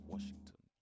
Washington